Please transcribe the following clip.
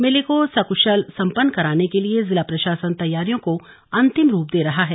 मेले को सकुशल सम्पन्न कराने के लिए जिला प्रशासन तैयारियों को अंतिम रूप दे रहा है